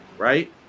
right